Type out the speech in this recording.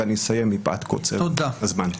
ואני אסיים מפאת קוצר הזמן.